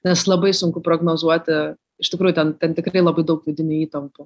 nes labai sunku prognozuoti iš tikrųjų ten ten tikrai labai daug vidinių įtampų